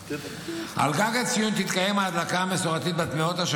על גג הציון תתקיים ההדלקה המסורתית בת מאות השנים,